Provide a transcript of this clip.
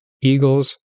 eagles